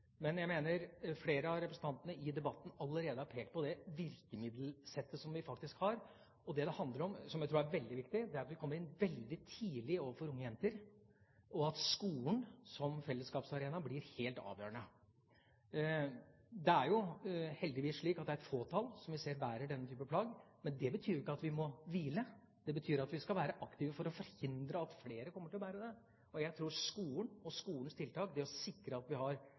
men jeg mener flere av representantene i debatten allerede har pekt på det virkemiddelsettet vi faktisk har. Det det handler om, som jeg tror er veldig viktig, er at vi kommer inn veldig tidlig overfor unge jenter, og at skolen som fellesskapsarena blir helt avgjørende. Det er jo heldigvis slik at det er et fåtall som vi ser bærer denne type plagg, men det betyr ikke at vi må hvile, det betyr at vi skal være aktive for å forhindre at flere kommer til å bære slike plagg. Jeg tror at skolen og skolens tiltak – det å sikre at vi har